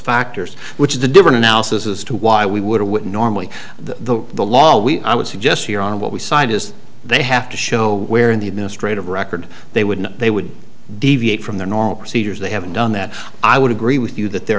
factors which is a different analysis as to why we would or would normally the the law we i would suggest here on what we scientists they have to show where in the administrative record they would not they would deviate from their normal procedures they haven't done that i would agree with you that the